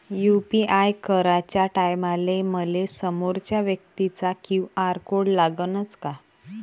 UPI कराच्या टायमाले मले समोरच्या व्यक्तीचा क्यू.आर कोड लागनच का?